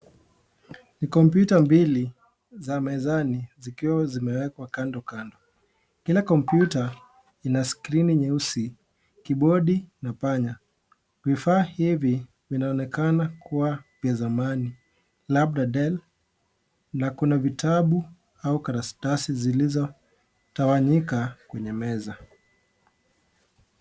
Ni kompyuta mbili, za mezani, zikiwa zimewekwa kando kando, kila kompyuta, ina skrini nyeusi, kibodi, na panya, vifaa hivi vinaonekana kuwa vya zamani, labda (cs)dell(cs), na kuna vitabu, au karastasi zilizo, tawanyika, kwenye meza.